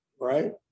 Right